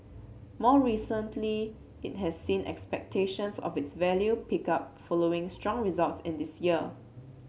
more recently it has seen expectations of its value pick up following strong results on this year